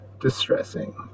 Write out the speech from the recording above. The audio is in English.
distressing